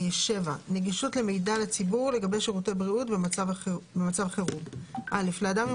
נגישות למידע לציבור לגבי שירותי בריאות במצב חירום לאדם עם